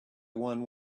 one